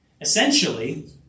Essentially